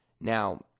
Now